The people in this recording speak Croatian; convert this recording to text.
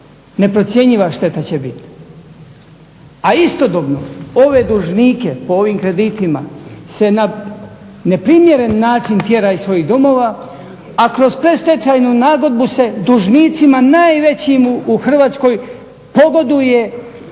Neprocjenjiva šteta će biti a istodobno ove dužnike po ovim kreditima se na ne primjeren način tjera iz svojih domova a kroz predstečajnu nagodbu se dužnicima najvećima u Hrvatskoj pogoduje,